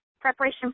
preparation